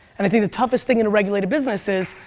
and i think the toughest thing in a regulated business is,